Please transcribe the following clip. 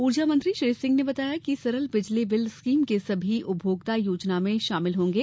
ऊर्जा मंत्री श्री सिंह ने बताया कि सरल बिजली बिल स्कीम के सभी उपभोक्ता योजना में शामिल होंगे